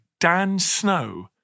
DANSNOW